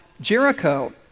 Jericho